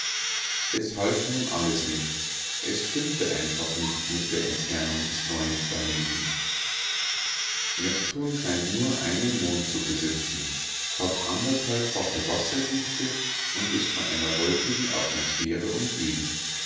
es half nun alles nichts es stimmte einfach nicht mit der entfernung des neuen planeten neptun scheint nur einen mond zu besitzen hat anderthalbfache wasserdichte und ist von einer wolkigen atmosphäre umgeben